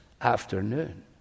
afternoon